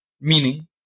meaning